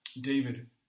David